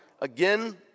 again